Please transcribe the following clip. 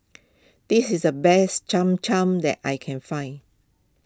this is the best Cham Cham that I can find